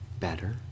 better